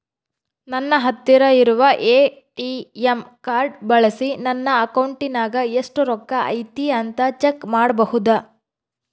ನನ್ನ ಹತ್ತಿರ ಇರುವ ಎ.ಟಿ.ಎಂ ಕಾರ್ಡ್ ಬಳಿಸಿ ನನ್ನ ಅಕೌಂಟಿನಾಗ ಎಷ್ಟು ರೊಕ್ಕ ಐತಿ ಅಂತಾ ಚೆಕ್ ಮಾಡಬಹುದಾ?